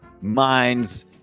minds